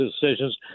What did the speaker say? decisions